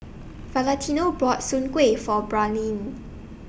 Valentino bought Soon Kway For Braelyn